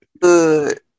Good